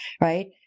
right